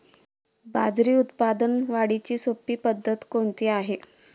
बाजरी उत्पादन वाढीची सोपी पद्धत कोणती आहे?